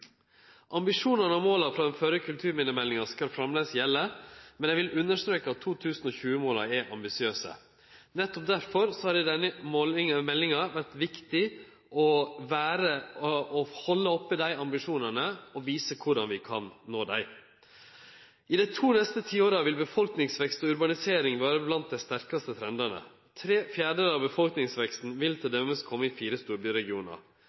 Ambisjonane og måla frå den førre kulturminnemeldinga skal framleis gjelde, men eg vil understreke at 2020-måla er ambisiøse. Nettopp derfor har det i denne meldinga vore viktig å halde oppe dei ambisjonane og vise korleis vi kan nå dei. I dei to neste tiåra vil befolkningsvekst og urbanisering vere blant dei sterkaste trendane. Tre fjerdedelar av befolkningsveksten vil kome i fire storbyregionar.